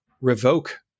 revoke